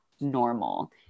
normal